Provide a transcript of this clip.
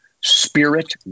spirit